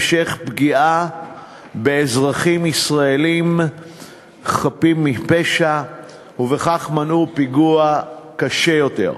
ובכך מנעו המשך פגיעה באזרחים ישראלים חפים מפשע ופיגוע קשה יותר.